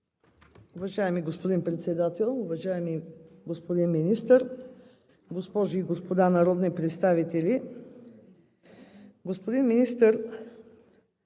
Уважаеми господин Председател, уважаеми господин Министър, госпожи и господа народни представители! Господин Министър,